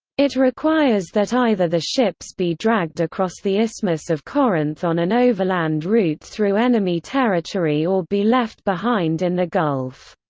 it requires that either the ships be dragged across the isthmus of corinth on an overland route through enemy territory or be left behind in the gulf.